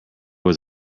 was